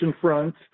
front